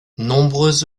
nombreux